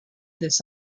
this